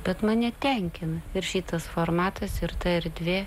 bet mane tenkina ir šitas formatas ir ta erdvė